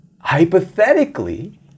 hypothetically